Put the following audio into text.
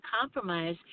compromise